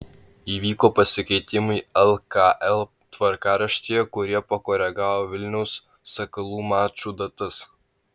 įvyko pasikeitimai lkl tvarkaraštyje kurie pakoregavo vilniaus sakalų mačų datas